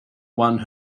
one